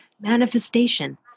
manifestation